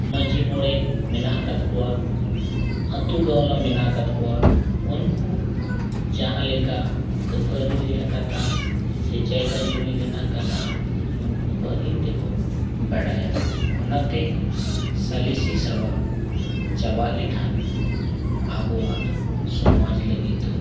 ᱢᱟᱺᱡᱷᱤ ᱢᱚᱬᱮ ᱢᱮᱱᱟᱜ ᱟᱠᱟᱫ ᱠᱚᱣᱟ ᱟᱛᱳ ᱜᱟᱣᱞᱟ ᱢᱮᱱᱟᱜ ᱟᱠᱟᱫ ᱠᱚᱣᱟ ᱩᱱᱠᱩ ᱡᱟᱦᱟᱸ ᱞᱮᱠᱟ ᱠᱷᱟᱹᱯᱟᱹᱨᱤ ᱨᱮᱱᱟᱜ ᱠᱟᱛᱷᱟ ᱥᱮ ᱡᱟᱭᱜᱟ ᱡᱚᱢᱤ ᱨᱮᱱᱟᱜ ᱠᱟᱛᱷᱟ ᱩᱱᱠᱩ ᱵᱷᱟᱹᱜᱤ ᱛᱮᱠᱚ ᱵᱟᱰᱟᱭᱟ ᱚᱱᱟᱛᱮ ᱥᱟᱞᱤᱥᱤ ᱥᱚᱵᱷᱟ ᱪᱟᱵᱟᱜ ᱞᱮᱠᱷᱟᱱ ᱟᱵᱚᱣᱟᱜ ᱥᱚᱢᱟᱡᱽ ᱞᱟᱹᱜᱤᱫ ᱫᱚ